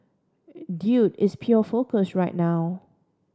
dude is pure focus right now